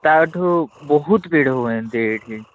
ତା'ଠୁ ବହୁତ ଭିଡ଼ ହୁଏ ଏମିତି ଏଇଠି